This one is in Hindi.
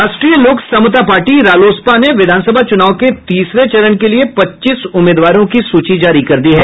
राष्ट्रीय लोक समता पार्टी रालोसपा ने विधानसभा चुनाव के तीसरे चरण के लिये पच्चीस उम्मीदवारों की सूची जारी कर दी है